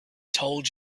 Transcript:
told